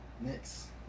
Next